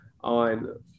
on